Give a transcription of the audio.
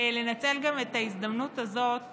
לנצל את ההזדמנות הזאת